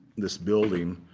this building